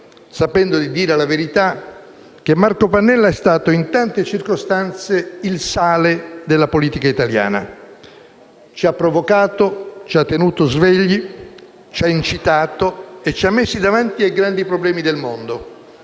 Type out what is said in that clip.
sapendo di dire la verità, che Marco Pannella è stato in tante circostanze il sale della politica italiana. Ci ha provocato, ci ha tenuti svegli, ci ha incitato e ci ha messi davanti ai grandi problemi del mondo: